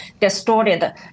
distorted